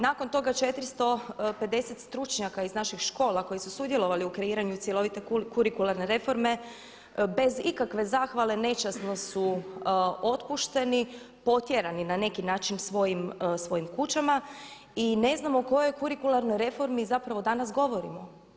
Nakon toga 450 stručnjaka iz naših škola koji su sudjelovali u kreiranju cjelovite kurikularne reforme bez ikakve zahvale nečasno su otpušteni, potjerani na neki način svojim kućama i ne znamo o kojoj kurikularnoj reformi zapravo danas govorimo.